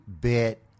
bit